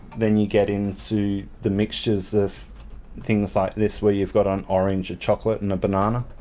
then you get into the mixtures of things like this where you've got an orange, a chocolate, and a banana.